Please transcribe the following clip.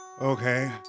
Okay